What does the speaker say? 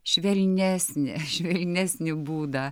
švelnesnį švelnesnį būdą